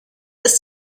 ist